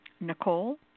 Nicole